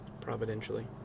Providentially